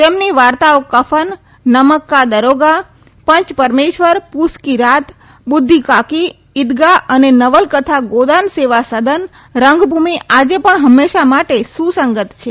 તેમની વાર્તાઓ કર્ફન નમક કા દરોગા પંચ પરમેશ્વર પુસ કી રાત બુદ્ધિ કાકી ઇદગા અને નવલકથાં ગોદાન સેવા સદન રંગભૂમિ આજે પણ હંમેશાં માટે સુસંગત છે